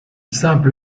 simple